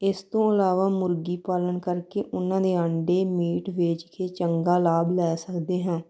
ਇਸ ਤੋਂ ਇਲਾਵਾ ਮੁਰਗੀ ਪਾਲਣ ਕਰਕੇ ਉਹਨਾਂ ਦੇ ਆਂਡੇ ਮੀਟ ਵੇਚ ਕੇ ਚੰਗਾ ਲਾਭ ਲੈ ਸਕਦੇ ਹਾਂ